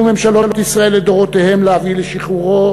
ממשלות ישראל לדורותיהן להביא לשחרורו,